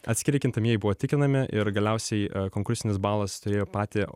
atskiri kintamieji buvo tikinami ir galiausiai konkursinis balas turėjo patį